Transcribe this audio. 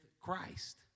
Christ